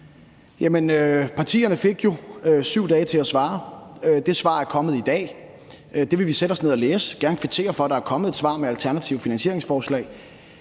Partierne fik jo 7 dage til at svare. Det svar er kommet i dag. Det vil vi sætte os ned og læse, og jeg vil gerne kvittere for, at der er kommet et svar med alternative finansieringsforslag.